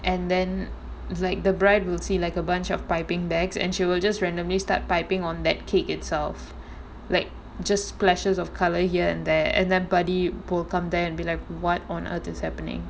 and then like the bride will see like a bunch of piping bags and she will just randomly start piping on that cake itself like just splashes of colour here and there and then bardi will come there and be like what on earth is happening